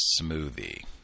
smoothie